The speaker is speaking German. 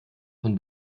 von